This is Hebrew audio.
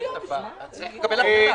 צריך לקבל החלטה.